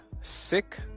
sick